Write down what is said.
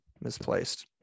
misplaced